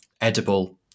edible